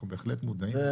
אנחנו בהחלט מודעים.